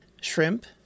shrimp